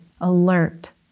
alert